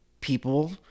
people